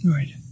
Right